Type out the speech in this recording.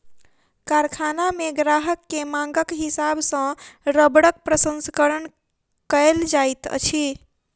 कारखाना मे ग्राहक के मांगक हिसाब सॅ रबड़क प्रसंस्करण कयल जाइत अछि